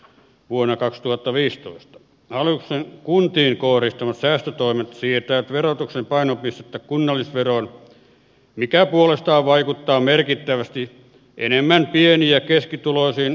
vuonna kaksituhattaviisi alusta ja kuntiin kohdistuvat säästötoimet siirtää verotuksen painopistettä kunnallisveroon mikä puolestaan vaikuttaa merkittävästi enemmän pieni ja keskituloisiin